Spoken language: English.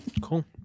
Cool